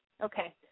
Okay